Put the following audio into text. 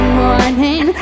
morning